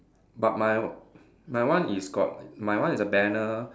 but my my one is got my one is a banner